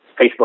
Facebook